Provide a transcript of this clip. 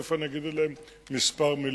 תיכף אני אגיד עליהן כמה מלים.